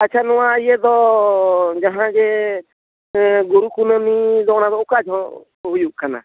ᱟᱪᱪᱷᱟ ᱱᱚᱣᱟ ᱤᱭᱟᱹ ᱫᱚ ᱡᱟᱦᱟᱸ ᱜᱮ ᱜᱩᱨᱩ ᱠᱩᱱᱟᱹᱢᱤ ᱵᱚᱸᱜᱟ ᱚᱠᱟ ᱡᱚᱦᱚᱜ ᱦᱩᱭᱩᱜ ᱠᱟᱱᱟ